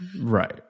Right